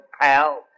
pal